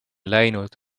läinud